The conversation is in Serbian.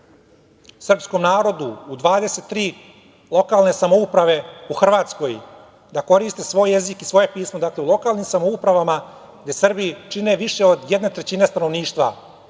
srpskom narodu u 23 lokalne samouprave u Hrvatskoj da koriste svoj jezik i svoje pismo, dakle u lokalnim samoupravama gde Srbi čine više od jedne trećine stanovništva,